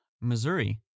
Missouri